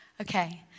Okay